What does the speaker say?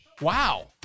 Wow